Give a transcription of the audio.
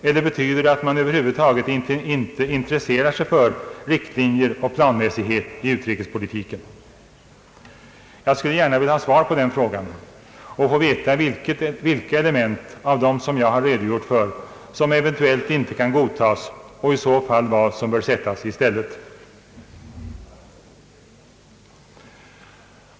Eller betyder det att man över huvud taget inte intresserar sig för riktlinjer och planmässighet i utrikespolitiiken? Jag skulle gärna vilja ha svar på den frågan och få veta vilka element av dem som jag har redogjort för som eventuellt inte kan godtas och i så fall vad som bör sättas i stället.